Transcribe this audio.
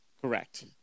Correct